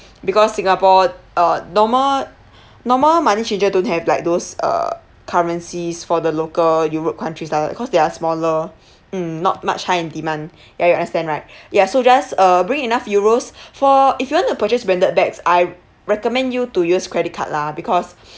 because singapore uh normal normal money changer don't have like those uh currencies for the local europe countries lah because they are smaller hmm not much high in demand ya you understand right yeah so just uh bring enough euros for if you want to purchase branded bags I recommend you to use credit card lah because